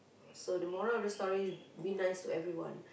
so the moral of the story is be nice to everyone